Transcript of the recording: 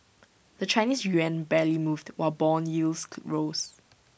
the Chinese Yuan barely moved while Bond yields rose